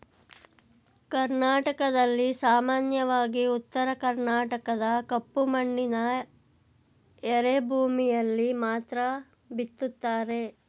ಕರ್ನಾಟಕದಲ್ಲಿ ಸಾಮಾನ್ಯವಾಗಿ ಉತ್ತರ ಕರ್ಣಾಟಕದ ಕಪ್ಪು ಮಣ್ಣಿನ ಎರೆಭೂಮಿಯಲ್ಲಿ ಮಾತ್ರ ಬಿತ್ತುತ್ತಾರೆ